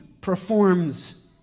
performs